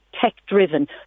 tech-driven